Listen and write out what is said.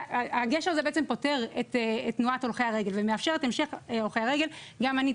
הגשר הזה בעצם פותר את תנועת הולכי הרגל ומאפשר את המשך הולכי הרגל.